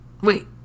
Wait